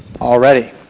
already